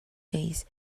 days